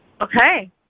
Okay